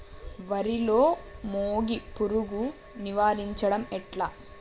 వరిలో మోగి పురుగును నివారించడం ఎట్లా?